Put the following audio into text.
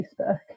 Facebook